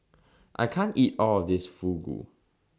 I can't eat All of This Fugu